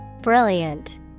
Brilliant